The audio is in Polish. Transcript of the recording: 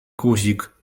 guzik